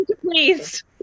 Please